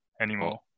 anymore